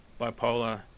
bipolar